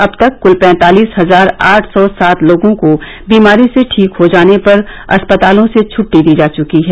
अब तक क्ल पैंतालीस हजार आठ सौ सात लोगों को बीमारी से ठीक हो जाने पर अस्पतालों से छटटी दी जा चुकी है